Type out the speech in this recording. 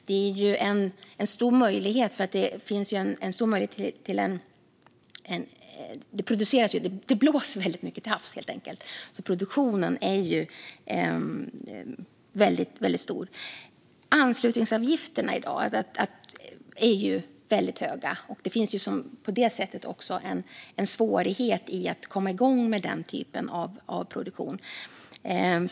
Det är en stor möjlighet, för det blåser mycket till havs. Produktionen blir alltså väldigt stor. Anslutningsavgifterna är väldigt höga i dag, och det finns en svårighet i att komma igång med den typen av produktion.